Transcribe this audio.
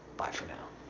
bye for now.